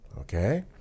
okay